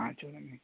చూడండి